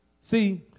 see